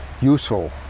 useful